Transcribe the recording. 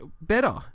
better